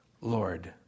Lord